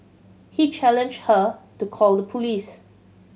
he challenged her to call the police